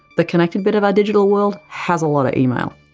the connected bit of our digital world has a lot of email,